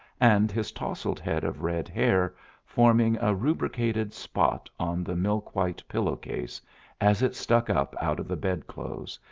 and his tousled head of red hair forming a rubricated spot on the milk-white pillow-case as it stuck up out of the bed-clothes,